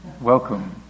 Welcome